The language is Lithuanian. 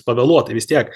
pavėluotai vis tiek